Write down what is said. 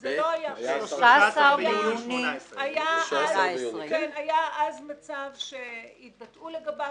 18. היה אז מצב שהתבטאו לגביו.